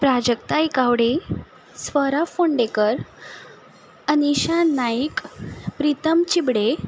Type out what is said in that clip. Prajakta Ekawade Swara Phondekar Anisha Naik Pritam Chibde